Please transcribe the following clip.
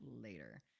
later